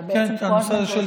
אתה בעצם כל הזמן באותו,